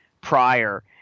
prior